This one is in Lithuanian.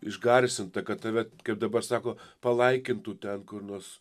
išgarsinta kad tave kaip dabar sako palaikintų ten kur nors